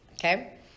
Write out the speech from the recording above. Okay